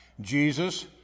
Jesus